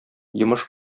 йомыш